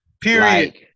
period